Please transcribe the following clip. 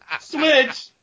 Switch